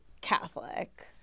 Catholic